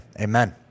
Amen